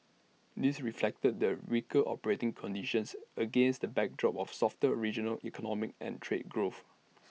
this reflected the weaker operating conditions against the backdrop of softer regional economic and trade growth